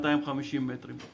מכל העמותות שמתמחות בנושא הזה,